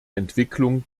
entwicklung